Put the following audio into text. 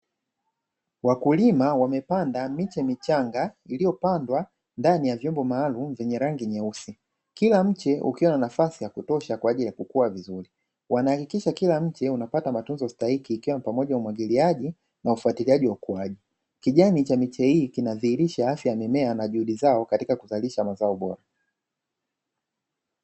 Wakulima wamepanda miche michanga iliyopandwa ndani ya vyombo maalumu vyenye rangi nyeusi, kila mche ukiwa na nafasi ya kutosha kwa ajili ya kukua vizuri; wanahakikisha kila mche unapata matunzo stahiki ikiwa ni pamoja na umwagiliaji na ufuatiliaji wa ukuaji. Kijani cha miche hii kinadhihilisha afya ya mimea na juhudi zao katika kuzalisha mazao bora.